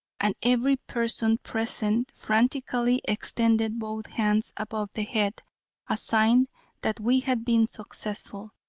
and every person present frantically extended both hands above the head a sign that we had been successful.